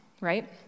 right